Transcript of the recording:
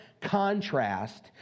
contrast